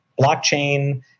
blockchain